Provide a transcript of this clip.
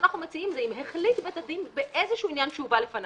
אנחנו מציעים שאם החליט בית הדין באיזשהו עניין שהובא לפניו,